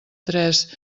tres